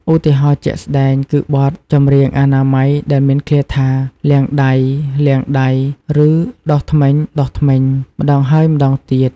ឧទាហរណ៍ជាក់ស្ដែង គឺបទចម្រៀងអនាម័យដែលមានឃ្លាថា "លាងដៃ... លាងដៃ" ឬ "ដុសធ្មេញ... ដុសធ្មេញ" ម្តងហើយម្តងទៀត។